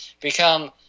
become